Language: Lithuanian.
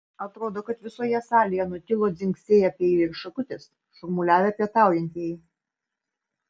atrodo kad visoje salėje nutilo dzingsėję peiliai ir šakutės šurmuliavę pietaujantieji